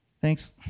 Thanks